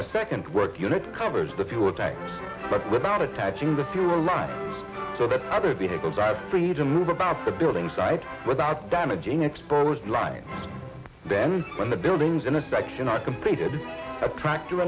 a second work unit covers the fuel tank but without attaching the fuel line so that other vehicles are free to move about the building site without damaging exposed lines then when the buildings in a section are completed a tractor